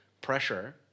pressure